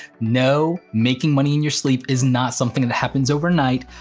no, making money in your sleep is not something that happens overnight,